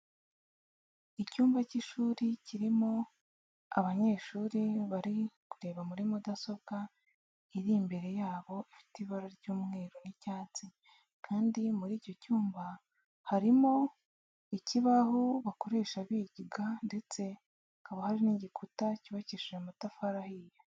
Icyumba cy'ishuri kirimo abanyeshuri bari kureba muri mudasobwa iri imbere yabo ifite ibara ry'umweru n'icyatsi kandi muri icyo cyumba harimo ikibaho bakoresha biga ndetse hakaba hari n'igikuta cyubakishije amatafari ahiye.